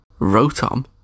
Rotom